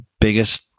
biggest